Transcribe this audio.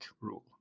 rule